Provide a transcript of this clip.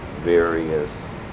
various